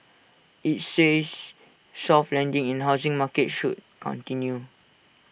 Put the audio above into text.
IT says soft landing in housing market should continue